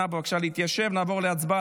נעבור להצבעה